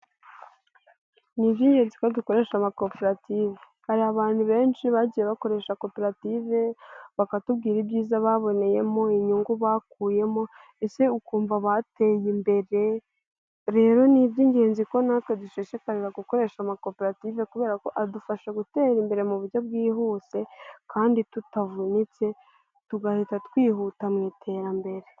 Ni iby'ingenzi ko dukoresha amakoperative. Hari abantu benshi bagiye bakoresha koperative, bakatubwira ibyiza baboneyemo inyungu bakuyemo, ese ukumva bateye imbere, rero ni iby'ingenzi ko natwe dushishikarira gukoresha amakoperative kubera ko adufasha gutera imbere mu buryo bwihuse, kandi tutavunitse tugahita twihuta mu iterambere.